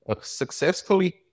successfully